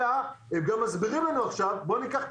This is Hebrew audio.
אלא הם גם מסבירים לנו עכשיו בואו ניקח את